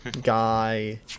Guy